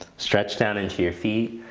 stretch down into your feet.